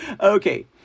Okay